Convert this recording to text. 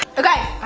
okay,